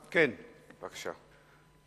בבקשה.